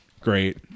Great